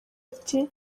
ati